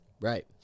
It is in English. right